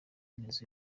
neza